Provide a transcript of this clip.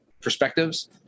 perspectives